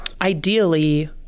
ideally